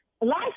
Life